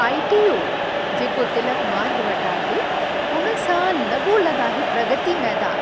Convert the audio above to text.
आई T O जेको तिलक मार्ग वटि आहे उनसां लॻोलॻि आहे प्रगति मैदान